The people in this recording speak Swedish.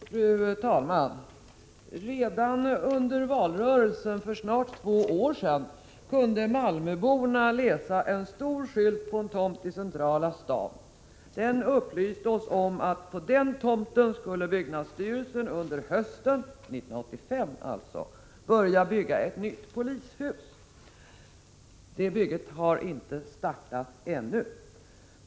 Fru talman! Redan under valrörelsen för snart två år sedan kunde Malmöborna läsa en stor skylt på en tomt i den centrala staden som upplyste om att byggnadsstyrelsen under hösten 1985 skulle börja bygga ett nytt polishus på just den tomten. Det bygget har inte startat ännu.